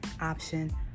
option